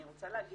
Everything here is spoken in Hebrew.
אני רוצה להגיד